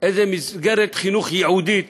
איזו מסגרת חינוך ייעודית